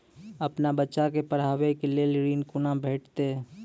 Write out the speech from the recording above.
अपन बच्चा के पढाबै के लेल ऋण कुना भेंटते?